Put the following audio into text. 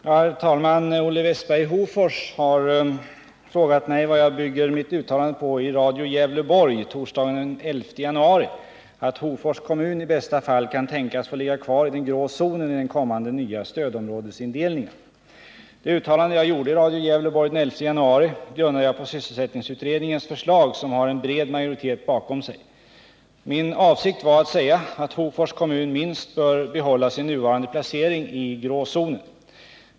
Herr talman! Olle Westberg i Hofors har frågat mig vad jag bygger mitt uttalande på, i Radio Gävleborg torsdagen den 11 januari, att Hofors kommun i bästa fall kan tänkas få ligga kvar i den grå zonen i den kommande nya stödområdesindelningen. Det uttalande jag gjorde i Radio Gävleborg den 11 januari grundade jag på sysselsättningsutredningens förslag som har en bred majoritet bakom sig. Min avsikt var att säga att Hofors kommun minst bör behålla sin nuvarande placering i grå zonen.